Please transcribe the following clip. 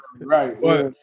Right